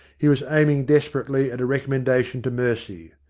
he was aiming desperately at a recommendation to mercy.